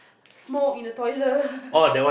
smoke in the toilet